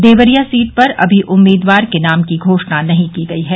Deoria seat पर अभी उम्मीदवार के नाम की घोषणा नहीं की गई है